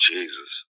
Jesus